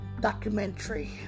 documentary